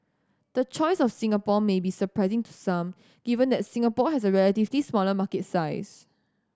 the choice of Singapore may be surprising to some given that Singapore has a relatively smaller market size